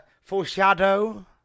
foreshadow